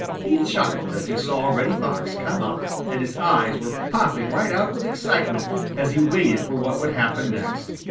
he chuckled as he saw reddy fox come up and his eyes were popping right out with excitement as he waited for what would happen next.